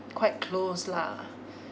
quite close lah